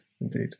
indeed